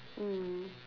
mm